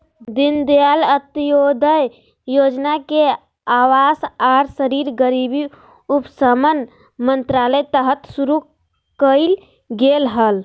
दीनदयाल अंत्योदय योजना के अवास आर शहरी गरीबी उपशमन मंत्रालय तहत शुरू कइल गेलय हल